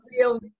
real